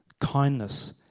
Kindness